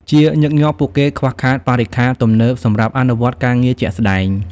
ជាញឹកញាប់ពួកគេខ្វះខាតបរិក្ខារទំនើបសម្រាប់អនុវត្តការងារជាក់ស្តែង។